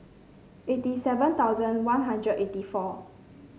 eighty seven thousand One Hundred eighty four